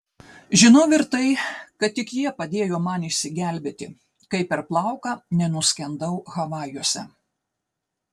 žinau ir tai kad tik jie padėjo man išsigelbėti kai per plauką nenuskendau havajuose